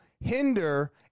hinder